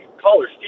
caller